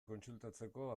kontsultatzeko